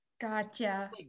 Gotcha